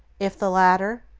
if the latter,